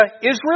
Israel